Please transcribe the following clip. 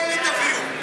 אלה שאלות?